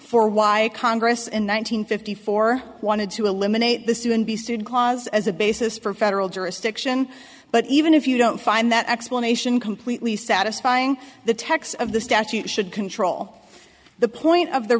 for why congress in one nine hundred fifty four wanted to eliminate the soon be sued clause as a basis for federal jurisdiction but even if you don't find that explanation completely satisfying the text of the statute should control the point of the